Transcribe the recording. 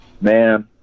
man